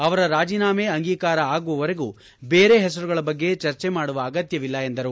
ಅವರ ರಾಜೀನಾಮೆ ಅಂಗೀಕಾರ ಆಗುವವರೆಗೂ ಬೇರೆ ಹೆಸರುಗಳ ಬಗ್ಗೆ ಚರ್ಚೆ ಮಾಡುವ ಅಗತ್ಯ ಇಲ್ಲ ಎಂದರು